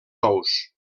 ous